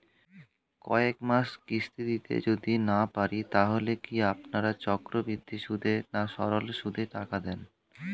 কয়েক মাস কিস্তি দিতে যদি না পারি তাহলে কি আপনারা চক্রবৃদ্ধি সুদে না সরল সুদে টাকা দেন?